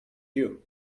you